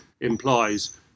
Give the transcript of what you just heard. implies